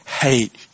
hate